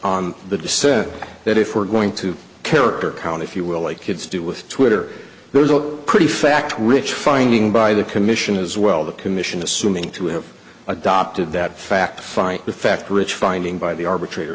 on the dissent that if we're going to character count if you will like kids do with twitter there's a pretty fact rich finding by the commission as well the commission assuming to have adopted that fact find effect rich finding by the arbitrator